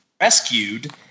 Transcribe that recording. rescued